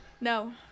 No